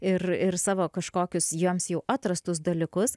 ir ir savo kažkokius jiems jau atrastus dalykus